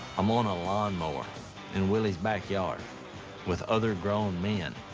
i'm on a lawn mower in willie's backyard with other grown men.